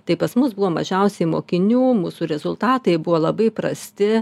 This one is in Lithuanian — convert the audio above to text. tai pas mus buvo mažiausiai mokinių mūsų rezultatai buvo labai prasti